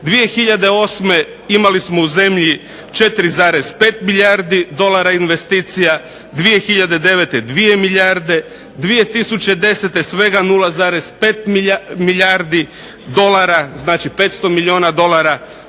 2008. imali smo u zemlji 4,5 milijardi dolara investicija, 2009. 2 milijarde, 2010. svega 0,5 milijardi dolara. Znači 500 milijuna dolara.